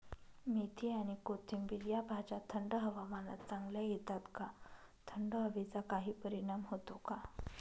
मेथी आणि कोथिंबिर या भाज्या थंड हवामानात चांगल्या येतात का? थंड हवेचा काही परिणाम होतो का?